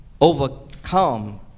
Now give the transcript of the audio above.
overcome